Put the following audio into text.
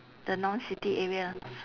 the non city area